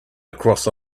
across